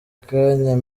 kanya